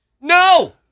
No